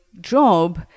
job